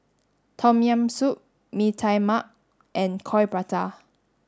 Tom Yam soup Mee Tai Mak and Coin Prata